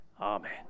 Amen